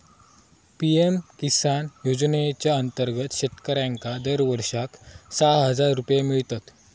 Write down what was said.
PM किसान योजनेच्या अंतर्गत शेतकऱ्यांका दरवर्षाक सहा हजार रुपये मिळतत